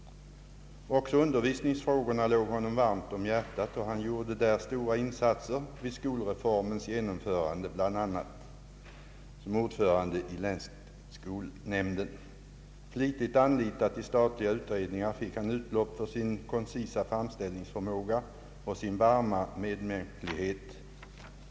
Också undervisningsfrågorna låg honom varmt om hjärtat, och han gjorde där stora insatser vid skolreformens genomförande, bl.a. såsom ordförande i länsskolnämnden. Flitigt anlitad i statliga utredningar fick han utlopp för sin koncisa framställningsförmåga och sin varma medmänsklighet.